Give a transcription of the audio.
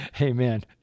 Amen